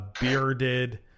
bearded